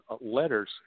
Letters